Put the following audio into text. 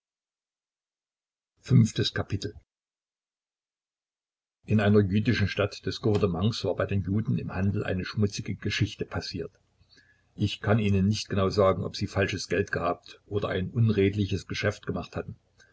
in einer jüdischen stadt des gouvernements war bei den juden im handel eine schmutzige geschichte passiert ich kann ihnen nicht genau sagen ob sie falsches geld gehabt oder ein unredliches geschäft gemacht hatten